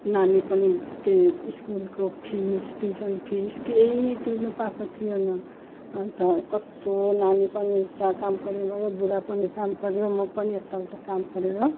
नानी पनि केही स्कुलको फिस ट्युसन फिस केही तिर्नु पाएको थिएनौँ अन्त कत्तो नानी पनि उत्ता काम गऱ्यो गयो बुढा पनि काम गऱ्यो म पनि यत्ताउत्ता काम गरेर